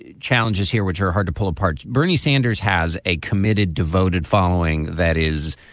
ah challenges here which are hard to pull apart. bernie sanders has a committed, devoted following that is